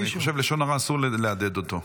אני חושב שלשון הרע, אסור להדהד אותו.